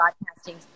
broadcasting